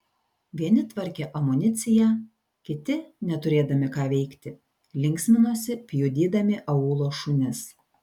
vieni tvarkė amuniciją kiti neturėdami ką veikti linksminosi pjudydami aūlo šunis